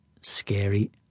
scary